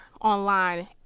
online